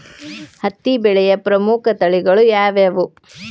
ಹತ್ತಿ ಬೆಳೆಯ ಪ್ರಮುಖ ತಳಿಗಳು ಯಾವ್ಯಾವು?